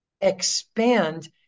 expand